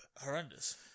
Horrendous